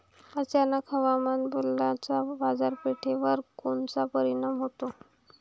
अचानक हवामान बदलाचा बाजारपेठेवर कोनचा परिणाम होतो?